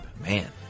Man